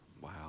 Wow